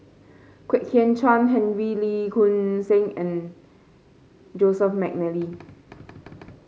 Kwek Hian Chuan Henry Lee Choon Seng and Joseph McNally